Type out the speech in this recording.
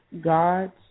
God's